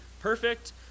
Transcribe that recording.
perfect